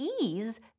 ease